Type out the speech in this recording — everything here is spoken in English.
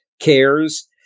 cares